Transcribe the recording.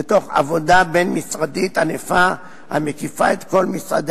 ותוך עבודה בין-משרדית ענפה המקיפה את כל משרדי